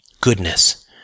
goodness